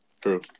true